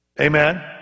amen